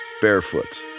barefoot